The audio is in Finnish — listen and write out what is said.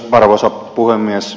arvoisa puhemies